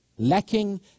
lacking